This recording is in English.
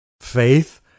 Faith